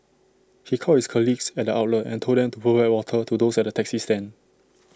he called his colleagues at the outlet and told them to provide water to those at the taxi stand